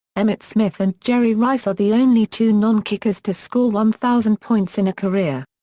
emmitt smith and jerry rice are the only two non-kickers to score one thousand points in a career.